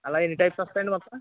అలా ఎన్ని టైప్సొస్తాయండి మొత్తం